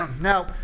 Now